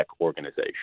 organization